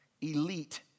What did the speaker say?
elite